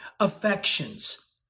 Affections